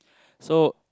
so